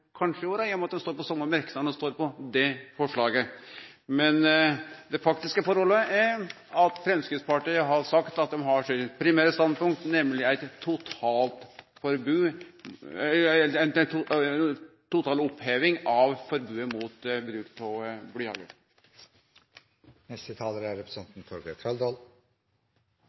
kanskje òg, i og med at dei har dei same merknadene og er saman om eit forslag. Men det faktiske forholdet er at Framstegspartiet har sagt at dei har sitt primære standpunkt, nemleg total oppheving av forbodet mot bruk av blyhagl. Jeg tar ordet for bare å svare saksordføreren. Det er